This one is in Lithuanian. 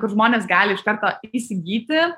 kur žmonės gali iš karto įsigyti